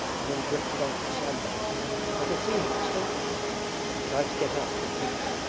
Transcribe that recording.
and when he drifted onto the sand-bank i could see him distinctly he tried to get up but couldn't.